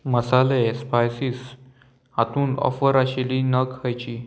मसाले स्पायसीस हातूंत ऑफर आशिल्लीं नग खंयचीं